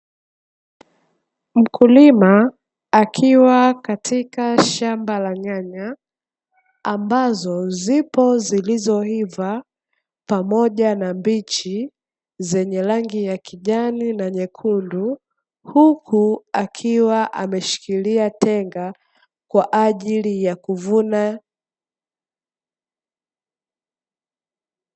Mkulima akiwa katika shamba la nyanya ambazo zipo zilizoiva, pamoja na mbichi, zenye rangi ya kijani na nyekundu. Huku akiwa ameshikilia tenga kwa ajili ya kuvuna.